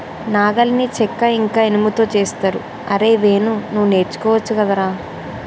నాగలిని చెక్క ఇంక ఇనుముతో చేస్తరు అరేయ్ వేణు నువ్వు నేర్చుకోవచ్చు గదరా